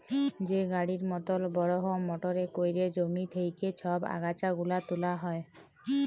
যে গাড়ির মতল বড়হ মটরে ক্যইরে জমি থ্যাইকে ছব আগাছা গুলা তুলা হ্যয়